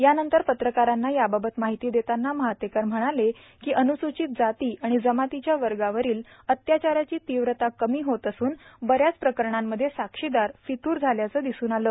यानंतर पत्रकारांना याबाबत माहिती देताना महातेकर म्हणाले की अनुसूचित जाती आणि जमातीच्या वर्गावरील अत्याचाराची तीव्रता कमी होत असून बऱ्याच प्रकरणामध्ये साक्षीदार फितूर झाल्याचे दिसून आले